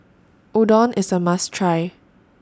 Udon IS A must Try